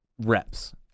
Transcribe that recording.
reps